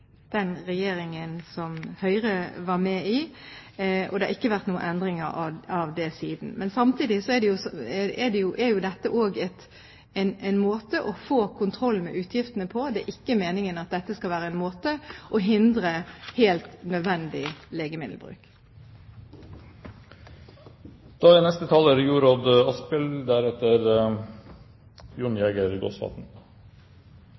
den regjeringen som Høyre var med i, og det har ikke vært noen endringer av det siden. Men samtidig er jo dette også en måte å få kontroll med utgiftene på, det er ikke meningen at dette skal være en måte å hindre helt nødvendig legemiddelbruk på. Hver og en av oss er